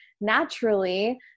naturally